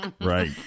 Right